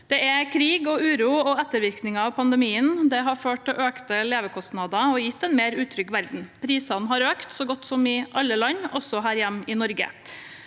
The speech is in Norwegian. Det er krig og uro og ettervirkninger av pandemien. Det har ført til økte levekostnader og gitt en mer utrygg verden. Prisene har økt så godt som i alle land, også her hjemme i Norge.